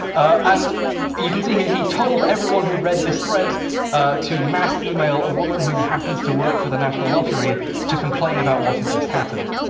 and you can see here, he told everyone who read this thread to mass email a woman who happens to work for the national lottery to complain about what had just happened.